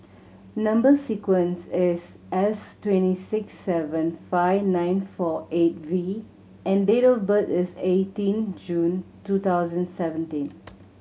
number sequence is S twenty six seven five nine four eight V and date of birth is eighteen June two thousand seventeen